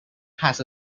has